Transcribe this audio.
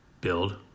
build